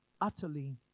utterly